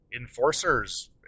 enforcers